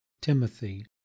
Timothy